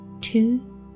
two